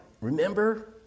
Remember